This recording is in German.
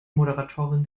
moderatorin